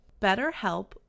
BetterHelp